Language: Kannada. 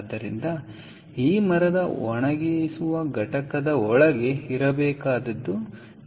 ಆದ್ದರಿಂದ ಈ ಮರದ ಒಣಗಿಸುವ ಘಟಕದ ಒಳಗೆ ಇರಬೇಕಾಗುತ್ತದೆ